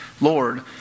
Lord